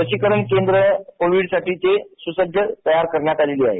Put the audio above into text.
लसीकरण केंद्र कोविडसाठीचे सुसज्ज तयार करण्यात आलेली आहे